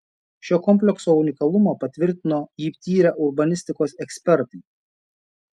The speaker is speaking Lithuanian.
šio komplekso unikalumą patvirtino jį tyrę urbanistikos ekspertai